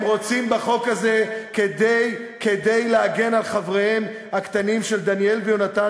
הם רוצים בחוק הזה כדי להגן על חבריהם הקטנים של דניאל ויונתן,